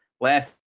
last